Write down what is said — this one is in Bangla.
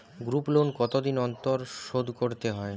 গ্রুপলোন কতদিন অন্তর শোধকরতে হয়?